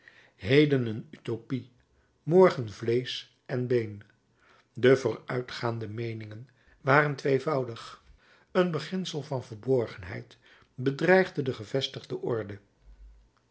heden een utopie morgen vleesch en been de vooruitgaande meeningen waren tweevoudig een beginsel van verborgenheid bedreigde de gevestigde orde